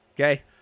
okay